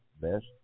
best